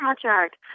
project